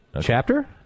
Chapter